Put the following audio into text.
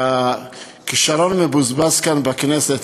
אתה כישרון מבוזבז כאן בכנסת.